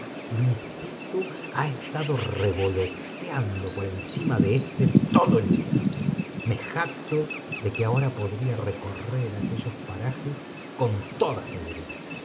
y mi espíritu ha estado revoloteando por encima de óate todo el día me jacto de que ahora podría recorrer aqueuos parajes con toda seguridad